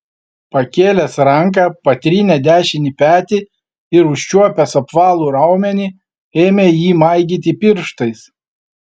pakėlęs ranką patrynė dešinį petį ir užčiuopęs apvalų raumenį ėmė jį maigyti pirštais